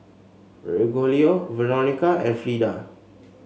Rogelio Veronica and Fleda